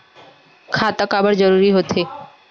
खाता काबर जरूरी हो थे?